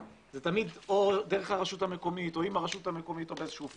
תמיד זה דרך הרשות המקומית או עם הרשות המקומית או באיזשהו פורמט.,